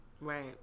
right